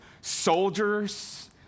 soldiers